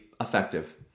effective